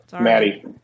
Maddie